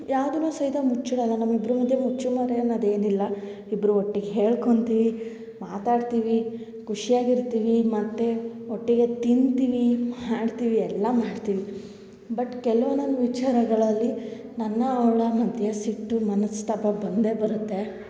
ಯಾವುದನ್ನು ಸಹಿತ ಮುಚ್ಚಿಡಲ್ಲ ನಮ್ಮಿಬ್ರ ಮಧ್ಯೆ ಮುಚ್ಚುಮರೆ ಅನ್ನದು ಏನಿಲ್ಲ ಇಬ್ಬರು ಒಟ್ಟಿಗೆ ಹೇಳ್ಕೊತೀವಿ ಮಾತಾಡ್ತೀವಿ ಖುಷಿಯಾಗಿ ಇರ್ತೀವಿ ಮತ್ತು ಒಟ್ಟಿಗೆ ತಿಂತೀವಿ ಮಾಡ್ತೀವಿ ಎಲ್ಲಾ ಮಾಡ್ತೀವಿ ಬಟ್ ಕೆಲ್ವು ಒನ್ನೊಂದು ವಿಚಾರಗಳಲ್ಲಿ ನನ್ನ ಅವಳ ಮಧ್ಯೆ ಸಿಟ್ಟು ಮನಸ್ತಾಪ ಬಂದೇ ಬರುತ್ತೆ